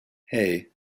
hey